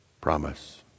promise